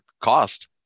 cost